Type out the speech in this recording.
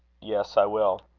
yes, i will.